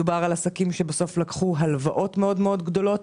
מדובר על עסקים שבסוף לקחו הלוואות מאוד מאוד גדולות,